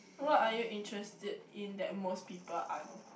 what are you interested in that most people aren't